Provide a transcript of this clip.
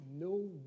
no